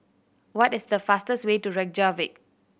what is the fastest way to Reykjavik